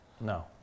No